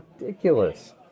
ridiculous